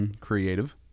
creative